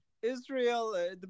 Israel